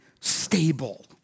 stable